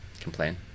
Complain